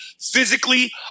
physically